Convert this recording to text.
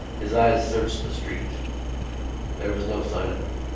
his eyes searched the street there was no sign of them.